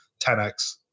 10X